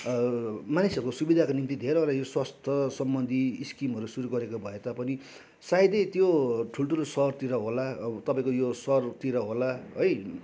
मानिसहरूको सुविधाको निम्ति धेरैवटा यो स्वास्थ्य सम्बन्धी स्किमहरू सुरु गरेको भए तापनि सायदै त्यो ठुल्ठुलो सहरतिर होला अब तपाईँको यो सहरतिर होला है